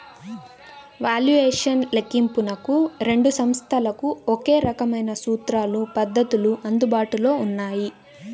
valuation లెక్కింపునకు రెండు సంస్థలకు ఒకే రకమైన సూత్రాలు, పద్ధతులు అందుబాటులో ఉన్నాయి